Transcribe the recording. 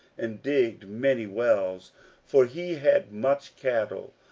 and digged many wells for he had much cattle,